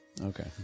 Okay